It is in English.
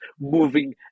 moving